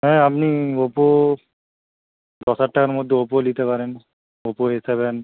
হ্যাঁ আপনি ওপো দশ হাজার টাকার মধ্যে ওপো নিতে পারেন ওপো এ সেভেন